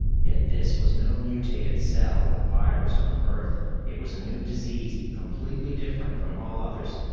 yet this was no mutated cell or virus from earth it was a new disease, completely different from all others.